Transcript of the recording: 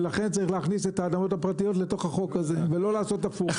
ולכן צריך להכניס את האדמות הפרטיות לתוך החוק הזה ולא לעשות הפוך.